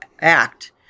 Act